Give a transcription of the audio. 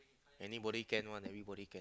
anybody can one everybody can